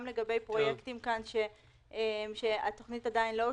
גם לגבי פרויקטים שהתוכנית עדיין לא אושרה,